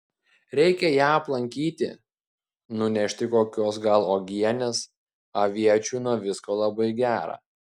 reikia ją aplankyti nunešti kokios gal uogienės aviečių nuo visko labai gera